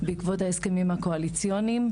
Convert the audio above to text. בעקבות ההסכמים הקואליציוניים,